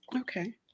Okay